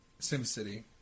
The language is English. SimCity